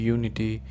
Unity